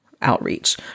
outreach